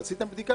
עשיתם בדיקה?